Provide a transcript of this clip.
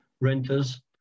renters